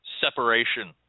separation